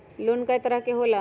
Loan कय तरह के होला?